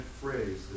phrase